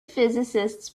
physicists